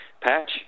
patch